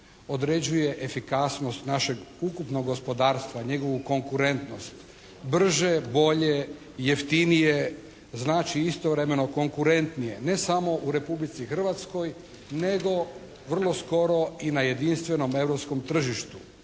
određuje efikasnost našeg ukupnog gospodarstva, njegovu konkurentnost. Brže, bolje, jeftinije znači istovremeno konkurentnije, ne samo u Republici Hrvatskoj nego vrlo skoro i na jedinstvenom europskom tržištu.